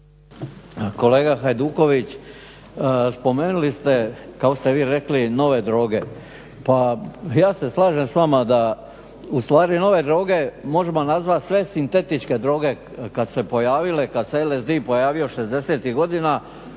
kolega Hajduković spomenuli ste kako ste vi rekli nove droge, pa ja se slažem s vama da ustvari nove droge možemo nazvati sve sintetičke droge kad su se pojavile, kad se LSD pojavio 60.-tih godina